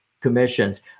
commissions